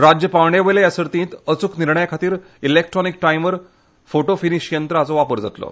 राज्य पांवड्या वयले हे सर्तींत अचूक निर्णया खातीर इकलेक्ट्रॉनिक टायमर फोटो फीनीश यंत्र हांचो वापर जातलो